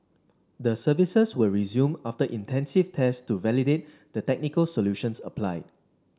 the services were resumed after intensive tests to validate the technical solutions applied